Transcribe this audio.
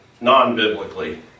non-biblically